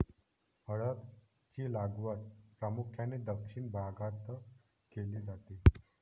हळद ची लागवड प्रामुख्याने दक्षिण भारतात केली जाते